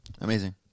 Amazing